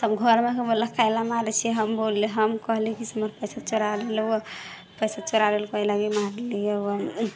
सब घरमे बोललक कएलए मारै छिही हम बोल हम कहलिए कि से हमर पइसा चोरा लेलक पइसा चोरा लेलकौ ओहि लागी मारलिऔ अइ